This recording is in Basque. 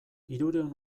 hirurehun